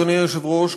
אדוני היושב-ראש,